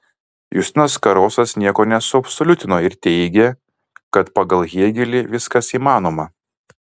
justinas karosas nieko nesuabsoliutino ir teigė kad pagal hėgelį viskas įmanoma